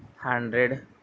hundred